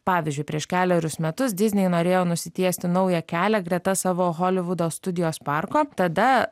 pavyzdžiui prieš kelerius metus diznei norėjo nusitiesti naują kelią greta savo holivudo studijos parko tada